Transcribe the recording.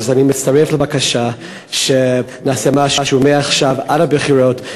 אז אני מצטרף לבקשה שנעשה משהו מעכשיו עד הבחירות,